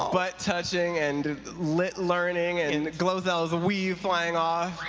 butt touching and lit learning and glozell's weave flying off.